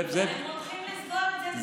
אבל הם הולכים לסגור את זה בסוף החודש.